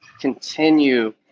continue